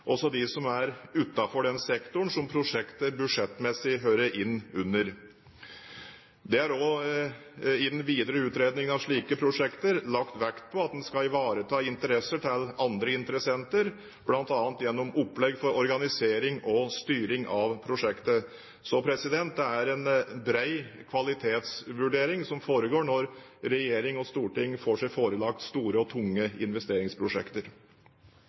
budsjettmessig hører inn under. Det er også i den videre utredningen av slike prosjekter lagt vekt på at en skal ivareta interessene til andre interessenter, bl.a. gjennom opplegg for organisering og styring av prosjekter. Det er en bred kvalitetsvurdering som foregår når regjering og storting får seg forelagt store og tunge investeringsprosjekter.